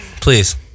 please